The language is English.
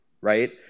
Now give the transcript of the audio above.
right